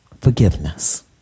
forgiveness